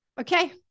Okay